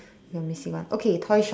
we're missing one okay toy shop